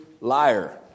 liar